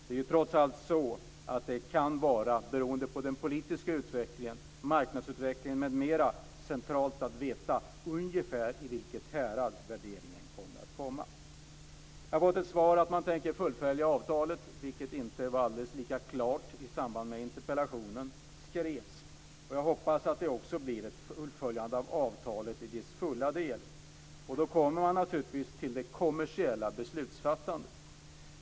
Det är trots allt så att det, beroende på den politiska utvecklingen, marknadsutvecklingen m.m., kan vara centralt att veta ungefär i vilket härad värderingen kommer att hamna. Jag har fått ett svar om att man tänker fullfölja avtalet. Det var inte så alldeles klart i samband med att interpellationen skrevs. Jag hoppas att det också blir ett fullföljande av avtalet i dess helhet. Då kommer man naturligtvis till det kommersiella beslutsfattandet.